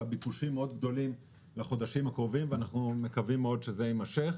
והביקושים גדולים מאוד לחודשים הקרובים ואנחנו מקווים מאוד שזה יימשך.